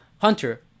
hunter